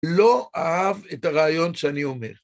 לא אהב את הרעיון שאני אומר.